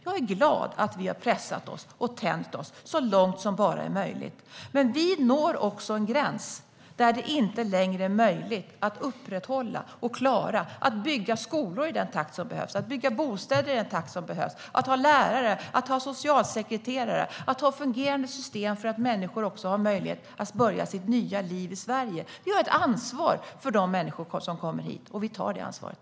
Jag är glad att vi har pressat oss och tänjt oss så långt som möjligt. Men vi når en gräns där det inte längre är möjligt att upprätthålla det vi vill. Det handlar om att klara av att bygga skolor i den takt som behövs och att bygga bostäder i den takt som behövs. Det handlar om att ha lärare, socialsekreterare och fungerande system för att människor också ska ha möjlighet att börja sina nya liv i Sverige. Vi har ett ansvar för de människor som kommer hit, och vi tar det ansvaret.